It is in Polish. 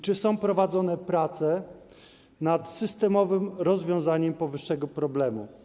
Czy prowadzone są prace nad systemowym rozwiązaniem powyższego problemu?